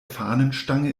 fahnenstange